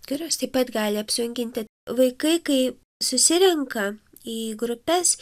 kurios taip pat gali apsunkinti vaikai kai susirenka į grupes